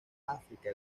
áfrica